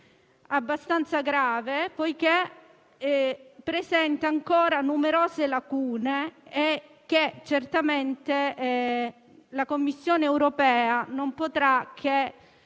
abbastanza grave, poiché presenta ancora numerose lacune e certamente la Commissione europea non potrebbe